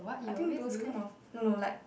I think those kind of no no like